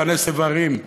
לכנס איברים,